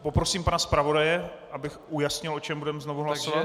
Poprosím pana zpravodaje, aby ujasnil, o čem budeme znovu hlasovat.